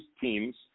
teams